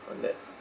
on that